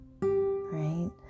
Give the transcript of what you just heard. right